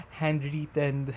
handwritten